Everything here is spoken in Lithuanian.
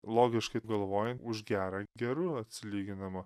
logiškai galvoji už gerą geru atsilyginama